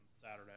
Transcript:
Saturday